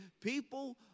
People